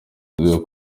uzwiho